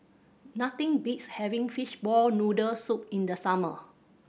nothing beats having fishball noodle soup in the summer